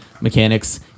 mechanics